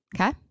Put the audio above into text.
Okay